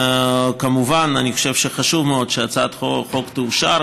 אני חושב שחשוב מאוד שהצעת החוק תאושר,